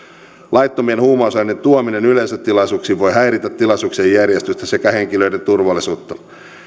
laittomien huumausaineiden tuominen yleisötilaisuuksiin voi häiritä tilaisuuksien järjestystä sekä henkilöiden turvallisuutta